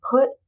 put